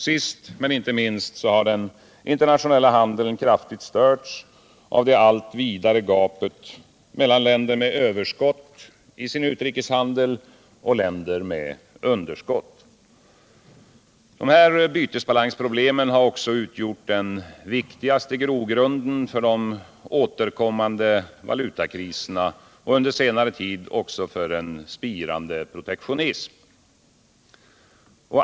Sist men inte minst har den internationella handeln kraftigt störts av det allt vidare gapet mellan länder med överskott i sin utrikeshandel och länder med underskott. Dessa bytesbalansproblem har också utgjort den viktigaste grogrunden för de återkommande valutakriserna och under senare tid också för en spirande protektionism.